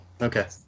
Okay